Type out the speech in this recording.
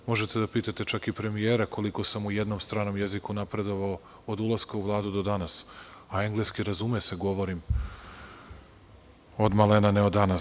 Možete da pitate čak i premijera koliko sam u jednom stranom jeziku napredovao od ulaska u Vladu do danas, a engleski, razume se, govorim od malena, ne od danas.